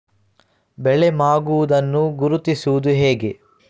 ಬೆಳೆ ಮಾಗುವುದನ್ನು ಗುರುತಿಸುವುದು ಹೇಗೆ?